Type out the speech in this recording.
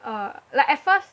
uh like at first